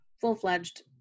Full-fledged